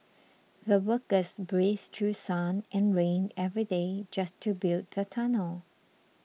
the workers braved through sun and rain every day just to build the tunnel